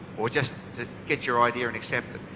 or just get your idea and accepted.